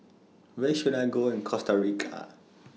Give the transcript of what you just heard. Where should I Go in Costa Rica